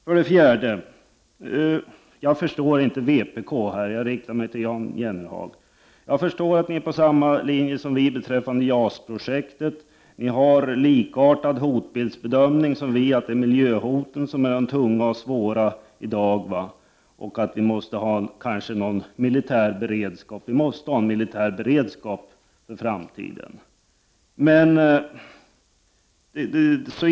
För det fjärde: Jag förstår inte vpk i det här sammanhanget — och jag riktar mig till Jan Jennehag. Ni är på samma linje som vi beträffande JAS-projektet. Ni har en hotbildsbedömning som är likartad den vi har — att det är miljöhoten som är de tunga och svåra i dag, och att vi måste ha en militär beredskap för framtiden.